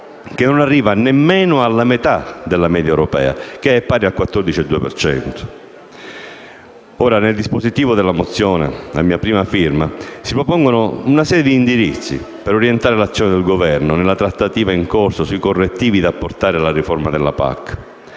che non arriva nemmeno alla metà della media europea, pari al 14,2 per cento. Nel dispositivo della mozione a mia prima firma si propongono una serie di indirizzi per orientare l'azione del Governo nella trattativa in corso sui correttivi da apportare alla riforma della PAC.